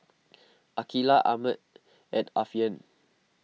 Aqeelah Ahmad and Alfian